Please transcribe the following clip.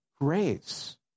grace